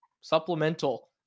supplemental